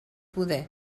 poder